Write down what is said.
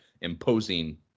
imposing